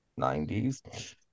90s